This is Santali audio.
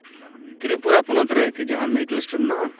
ᱛᱨᱤᱯᱩᱨᱟ ᱯᱚᱱᱚᱛ ᱨᱮ ᱡᱟᱦᱟᱱ ᱢᱮᱰᱤᱠᱮᱞ ᱥᱴᱳᱨ ᱢᱮᱱᱟᱜᱼᱟ